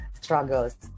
struggles